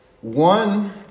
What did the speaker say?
one